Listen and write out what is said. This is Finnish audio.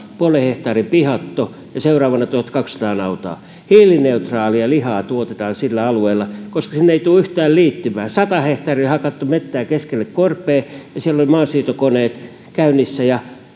puolen hehtaarin pihatto ja sitten tuhatkaksisataa nautaa hiilineutraalia lihaa tuotetaan sillä alueella koska sinne ei tule yhtään liittymää sata hehtaaria on hakattu metsää keskeltä korpea siellä olivat maansiirtokoneet käynnissä